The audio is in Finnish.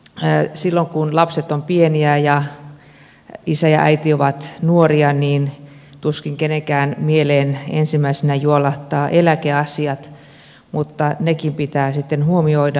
silloin kun lapset ovat pieniä ja isä ja äiti ovat nuoria tuskin kenenkään mieleen ensimmäisenä juolahtavat eläkeasiat mutta nekin pitää sitten huomioida